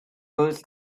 birth